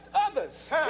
others